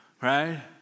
right